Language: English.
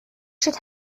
should